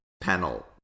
panel